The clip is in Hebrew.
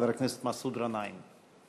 חבר הכנסת מסעוד גנאים.